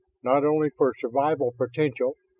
not only for survival potential,